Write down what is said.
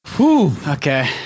okay